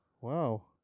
Wow